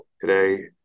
today